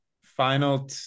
final